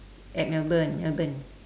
at melbourne melbourne